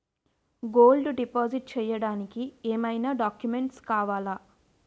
Gold deposit చేయడానికి ఏమైనా documents కావాలా?